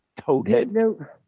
toadhead